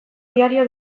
diario